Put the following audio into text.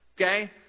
Okay